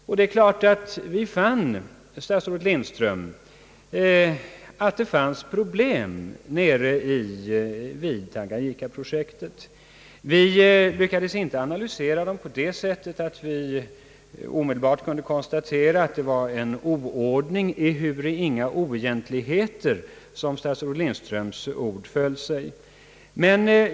Vi uppmärksammade, statsrådet Lindström, att det fanns problem med Tanganyikaprojektet, men vi lyckades inte analysera dem på det sättet att vi omedelbart kunde konstatera att det var fråga om »oordning ehuru inga oegentligheter» som statsrådet Lindströms ord föll.